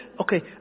okay